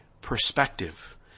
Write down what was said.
perspective